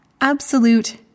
absolute